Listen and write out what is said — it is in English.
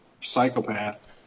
psychopath